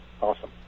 awesome